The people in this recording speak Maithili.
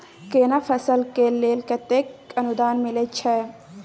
केना फसल के लेल केतेक अनुदान मिलै छै?